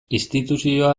instituzioa